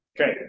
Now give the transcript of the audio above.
Okay